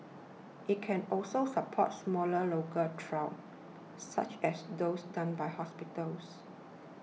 it can also support smaller local trials such as those done by hospitals